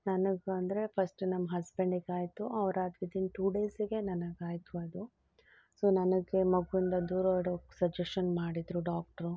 ನನಗೆಂದ್ರೆ first ನಮ್ಮ ಹಸ್ಬೆಂಡಿಗಾಯಿತು ಅವ್ರು ಅದು ವಿದಿನ್ ಟು ಡೇಸಿಗೆ ನನಗಾಯಿತು ಅದು ಸೊ ನನಗೆ ಮಗುವಿಂದ ದೂರ ಓಡೋಕೆ ಸಜೆಷನ್ ಮಾಡಿದರು ಡಾಕ್ಟ್ರು